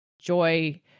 Joy